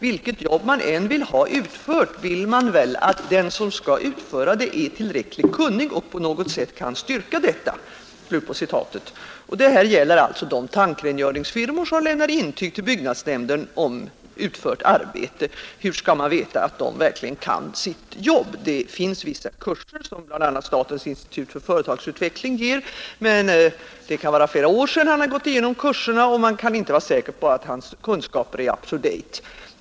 Vilket jobb man än vill ha utfört vill man väl att den som skall utföra det är tillräckligt kunnig och på något sätt kan styrka detta.” Detta gäller alltså de tankrengöringsfirmor som lämnar intyg till byggnadsnämnden om utfört arbete. Hur skall man veta att dessa verkligen kan sitt jobb? Det finns vissa kurser, som anordnas av bl.a. statens institut för företagsutveckling, men det kan vara flera år sedan vederbörande gick igenom kursen, och man kan inte vara säker på att hans kunskaper är up to date.